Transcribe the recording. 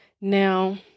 Now